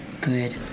Good